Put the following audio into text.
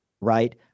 right